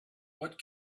what